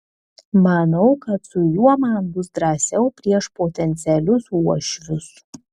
manau kad su juo man bus drąsiau prieš potencialius uošvius